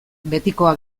betikoa